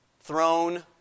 Throne